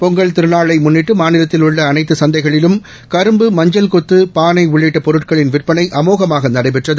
பொங்கலை திருநாளை முன்னிட்டு மாநிலத்தில் உள்ள அனைத்து சந்தைகளிலும் கரும்பு மஞ்சள் கொத்து பானை உள்ளிட்ட பொருட்களின் விற்பனை அமோகமாக நடைபெற்றது